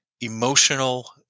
emotional